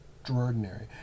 extraordinary